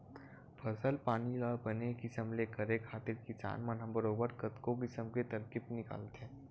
फसल पानी ल बने किसम ले करे खातिर किसान मन ह बरोबर कतको किसम के तरकीब निकालथे